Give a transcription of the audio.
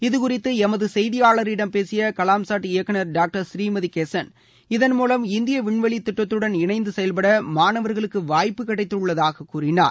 இது குறித்து எமது செய்தியாளரிடம் பேசிய கலாம் சாட் இயக்குநர் டாக்டர் ஸ்ரீமதி கேசன் இதன் மூலம் இந்திய விண்வெளி திட்டத்தடன் இணைந்து செயல்பட மாணவர்களுக்கு வாய்ப்பு கிடைத்துள்ளதாக கூறினார்